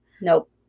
Nope